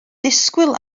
disgwyl